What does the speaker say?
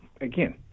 again